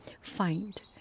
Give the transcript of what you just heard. find